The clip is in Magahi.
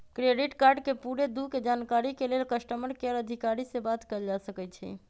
क्रेडिट कार्ड के पूरे दू के जानकारी के लेल कस्टमर केयर अधिकारी से बात कयल जा सकइ छइ